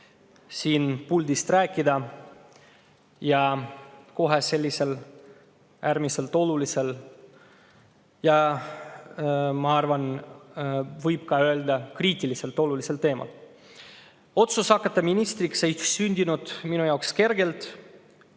siit puldist rääkida, kohe sellisel äärmiselt olulisel, ja ma arvan, võib öelda, kriitiliselt olulisel teemal. Otsus hakata ministriks ei sündinud minu jaoks kergelt,